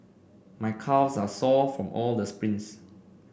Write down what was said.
my calves are sore from all the sprints